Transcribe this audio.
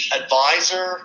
advisor